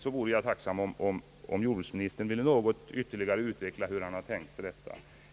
Jag vore tacksam om jordbruksministern ville ytterligare utveckla sig hur han tänkt sig detta.